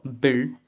build